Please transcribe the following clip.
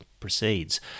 proceeds